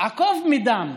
עקוב מדם,